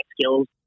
skills